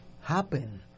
happen